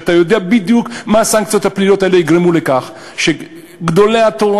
כשאתה יודע בדיוק שהסנקציות הפליליות האלה יגרמו לכך שגדולי התורה